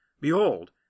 Behold